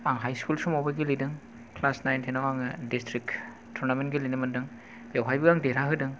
आं high school समावबो गेलेदों क्लास नाइन टेन आव आङो दिस्ट्रिक्ट टुरनामेन्ट गेलेनो मोनदों बेवहायबो आं देरहाहोदों